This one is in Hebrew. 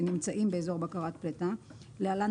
שנמצאים באזור בקרת פליטה (להלן,